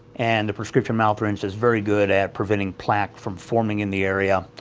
and the prescription mouth rinse is very good at preventing plaque from forming in the area,